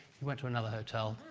he went to another hotel,